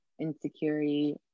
insecurity